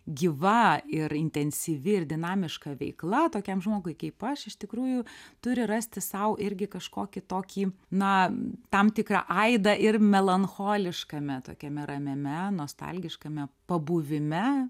gyva ir intensyvi ir dinamiška veikla tokiam žmogui kaip aš iš tikrųjų turi rasti sau irgi kažkokį tokį na tam tikrą aidą ir melancholiškame tokiame ramiame nostalgiškame pabuvime